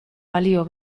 balio